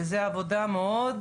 כי זו עבודה מאוד